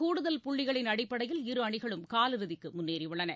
கூடுதல் புள்ளிகளின் அடிப்படையில் இரு அணிகளும் காலிறுதிக்கு முன்னேறியுள்ளன